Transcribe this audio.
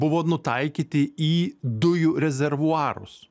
buvo nutaikyti į dujų rezervuarus